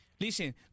Listen